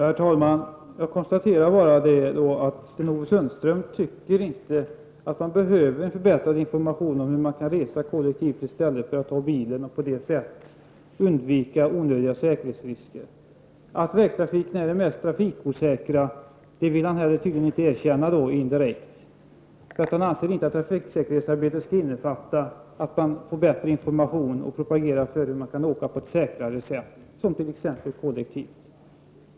Herr talman! Jag kan bara konstatera att Sten-Ove Sundström inte anser att det behövs en förbättrad information om hur man kan resa kollektivt i stället för att ta bilen och på det sättet undvika att skapa onödiga säkerhetsrisker. Han vill här tydligen inte ens indirekt erkänna att vägtrafiken är det mest trafikosäkra sättet att färdas. Han anser inte att trafiksäkerhetsarbetet skall innefatta att man lämnar bättre information och propagerar för säkrare sätt att åka, t.ex. kollektivt.